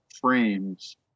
frames